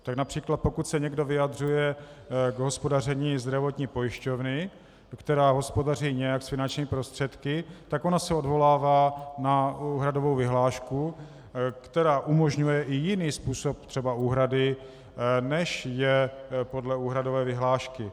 Tak např. pokud se někdo vyjadřuje k hospodaření zdravotní pojišťovny, která hospodaří nějak s finančními prostředky, tak ona se odvolává na úhradovou vyhlášku, která umožňuje i jiný způsob třeba úhrady, než je podle úhradové vyhlášky.